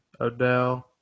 Odell